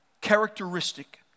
characteristic